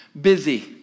busy